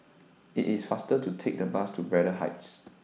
IT IS faster to Take The Bus to Braddell Heights